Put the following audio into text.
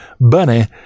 Bunny